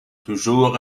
toujours